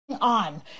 On